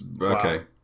Okay